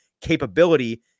capability